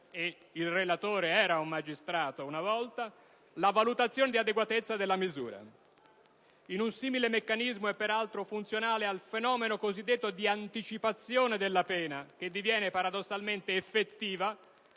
e il relatore era un magistrato, una volta - la valutazione di adeguatezza della misura. Un simile meccanismo è peraltro funzionale al cosiddetto fenomeno di anticipazione della pena, che diviene paradossalmente effettiva